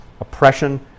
oppression